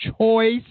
choice